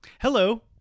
Hello